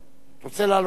רוצה להיות לפני עינת.